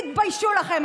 תתביישו לכם.